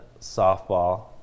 softball